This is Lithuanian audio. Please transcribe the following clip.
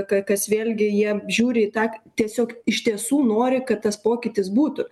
k kas vėlgi jie žiūri į tą tiesiog iš tiesų nori kad tas pokytis būtų